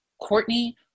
Courtney